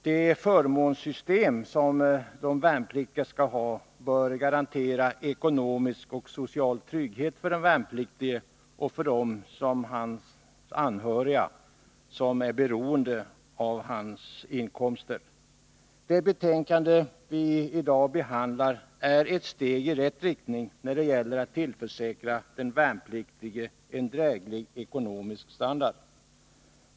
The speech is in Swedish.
Det förmånssystem som de värnpliktiga skall ha bör garantera ekonomisk och social trygghet för den värnpliktige och för dem av hans anhöriga som är beroende av hans inkomster. Det betänkande vi i dag behandlar är ett steg i rätt riktning när det gäller att tillförsäkra den värnpliktige en dräglig ekonomisk standard.